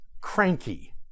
cranky